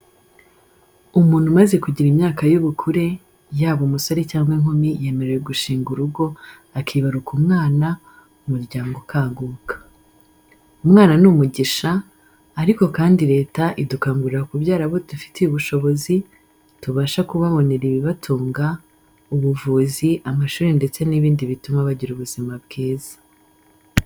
Umuntu umaze kugira imyaka y'ubukure yaba umusore cyangwa inkumi yemerewe gushinga urugo akibaruka umwana, umuryango ukaguka. Umwana ni umugisha ariko kandi Leta idukangurira kubyara abo dufitiye ubushobozi, tubasha kubabonera ibibatunga, ubuvuzi, amashuri ndetse n'ibindi bituma bagira ubuzima bwiza.